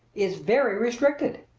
is very restricted.